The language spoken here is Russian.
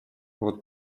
вот